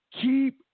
Keep